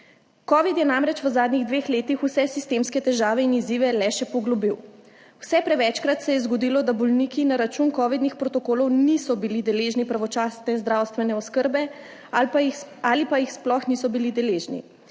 Covid je namreč v zadnjih dveh letih vse sistemske težave in izzive le še poglobil. Vse prevečkrat se je zgodilo, da bolniki na račun covidnih protokolov niso bili deležni pravočasne zdravstvene oskrbe ali pa jih sploh niso bili deležni.